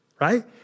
right